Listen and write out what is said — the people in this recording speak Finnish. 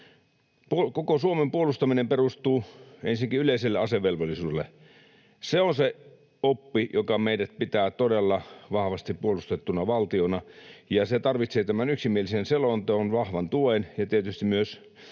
Koko Suomen puolustaminen perustuu ensinnäkin yleiselle asevelvollisuudelle. Se on se oppi, joka meidät pitää todella vahvasti puolustettuna valtiona, ja se tarvitsee tämän yksimielisen selonteon vahvan tuen ja tietysti myös